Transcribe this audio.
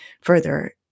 further